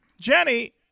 Jenny